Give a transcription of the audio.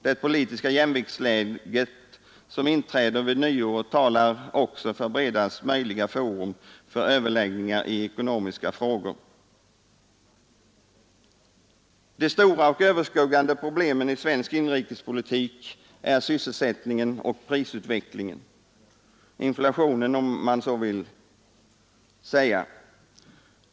Det politiska jämviktsläge som inträder vid nyåret talar också för bredaste möjliga forum för överläggningar i ekonomiska frågor De stora och allt överskuggande problemen i svensk inrikespolitik är sysselsättningen och prisutvecklingen, inflationen om man så vill säga.